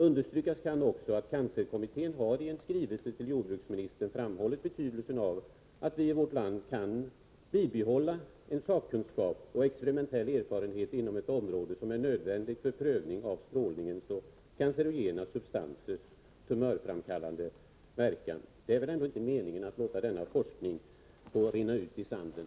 Understrykas kan också att cancerkommittén i en skrivelse till jordbruksministern har framhållit betydelsen av att vi i vårt land kan bibehålla en sakkunskap och experimentell erfarenhet inom ett område som är nödvändigt för prövning av strålningens och cancerogena substansers tumörframkallande verkan. Det är väl ändå inte meningen att låta denna forskning rinna ut i sanden?